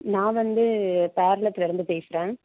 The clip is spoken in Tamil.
நான் வந்து பேரளத்தில் இருந்து பேசுகிறேன்